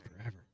forever